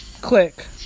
Click